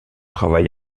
travail